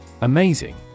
Amazing